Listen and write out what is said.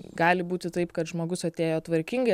gali būti taip kad žmogus atėjo tvarkingai